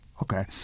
Okay